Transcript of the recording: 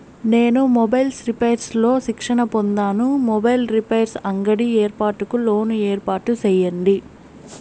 నేను mobiles repairs లో శిక్షణ పొందాను, మొబైల్ రిపైర్స్ అంగడి ఏర్పాటుకు లోను ఏర్పాటు సేయండి?